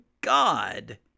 God